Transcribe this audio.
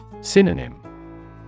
Synonym